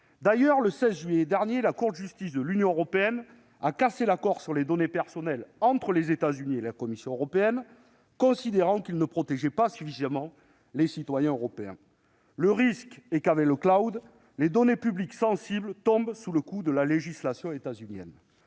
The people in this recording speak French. D'ailleurs, le 16 juillet dernier, la Cour de justice de l'Union européenne a cassé l'accord sur les données personnelles passé entre les États-Unis et la Commission européenne, considérant que ce traité ne protégeait pas suffisamment les citoyens européens. Le risque est que, avec le, les données publiques sensibles tombent sous le coup de la législation états-unienne.